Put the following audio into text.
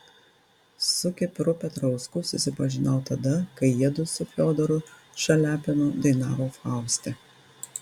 su kipru petrausku susipažinau tada kai jiedu su fiodoru šaliapinu dainavo fauste